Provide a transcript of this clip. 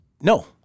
No